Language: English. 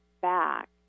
back